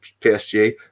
PSG